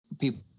people